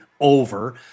over